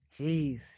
Jeez